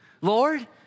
Lord